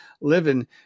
living